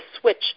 switch